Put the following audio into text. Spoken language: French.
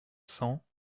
cent